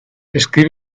escribe